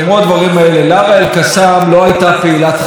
הפעלת חוק החרם עליה לא נעשתה בחוכמה,